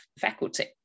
faculty